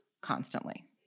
constantly